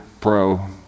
pro